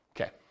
Okay